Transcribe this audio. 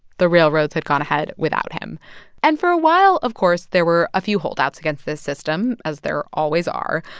the railroads had gone ahead without him and for a while, of course, there were a few holdouts against this system, as there always are.